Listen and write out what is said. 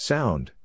Sound